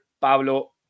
Pablo